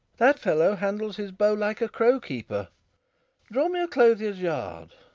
that fellow handles his bow like a crow-keeper draw me a clothier's yard